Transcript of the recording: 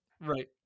Right